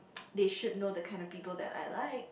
they should know the kind of people that I like